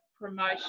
promotion